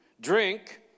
drink